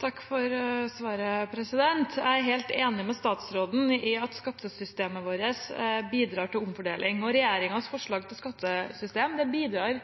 Takk for svaret. Jeg er helt enig med statsråden i at skattesystemet vårt bidrar til omfordeling, og regjeringens forslag til skattesystem bidrar